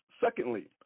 Secondly